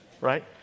Right